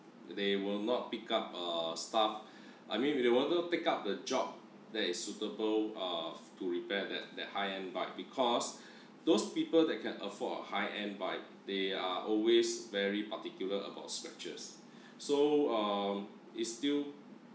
they will not pick up uh stuff I mean if they wanted to pick up the job that is suitable uh to repair that that high-end bike because those people that can afford a high-end bike they are always very particular about structures so um it's still